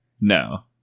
No